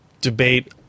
debate